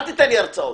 אל תיתן לי הרצאות.